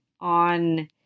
on